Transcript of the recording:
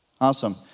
Awesome